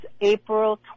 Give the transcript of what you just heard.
April